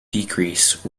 decrease